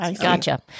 gotcha